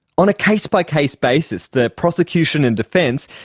on a case-by-case basis the prosecution and defence,